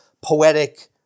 poetic